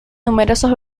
numerosos